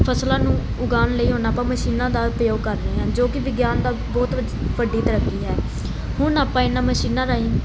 ਫਸਲਾਂ ਨੂੰ ਉਗਾਉਣ ਲਈ ਹੁਣ ਆਪਾਂ ਮਸ਼ੀਨਾਂ ਦਾ ਉਪਯੋਗ ਕਰ ਰਹੇ ਹਾਂ ਜੋ ਕਿ ਵਿਗਿਆਨ ਦਾ ਬਹੁਤ ਵਜ ਵੱਡੀ ਤਰੱਕੀ ਹੈ ਹੁਣ ਆਪਾਂ ਇਹਨਾਂ ਮਸ਼ੀਨਾਂ ਰਾਹੀਂ